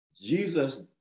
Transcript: Jesus